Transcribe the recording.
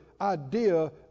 idea